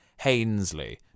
Hainsley